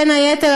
בין היתר,